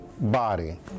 body